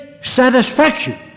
satisfaction